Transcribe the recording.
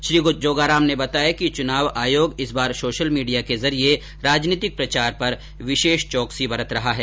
श्री जोगाराम ने बताया कि चुनाव आयोग इस बार सोशल मीडिया के जरिये राजनीतिक प्रचार पर विशेष चौकसी बरत रहा है